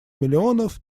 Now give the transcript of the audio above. миллионов